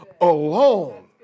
alone